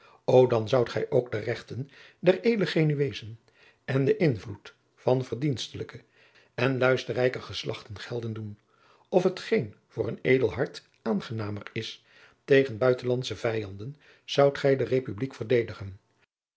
dan zoudt gij ook de regten der edele genuezen en den invloed van verdienstelijke en luisterrijke geslachten gelden doen of hetgeen voor een edel hart aangenamer is tegen buitenlandsche vijanden zoudt gij de republiek verdedigen